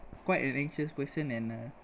quite an anxious person and uh